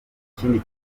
ikindi